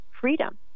freedom